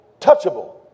touchable